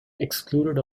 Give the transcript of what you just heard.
excluded